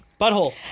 butthole